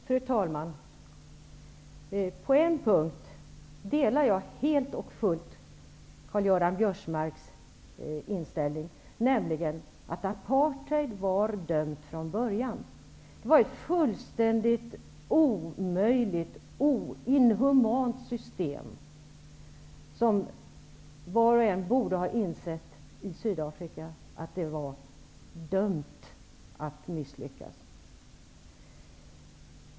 Fru talman! På en punkt delar jag helt och fullt Karl-Göran Biörsmarks inställning, nämligen att apartheidsystemet var dömt från början. Det var ett fullständigt omöjligt och inhumant system. Var och en i Sydafrika borde ha insett att det var dömt att misslyckas.